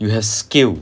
you have skill